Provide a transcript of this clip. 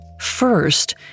First